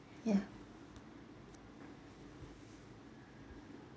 yeah